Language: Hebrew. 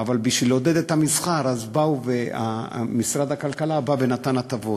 אבל בשביל לעודד את המסחר משרד הכלכלה נתן הטבות,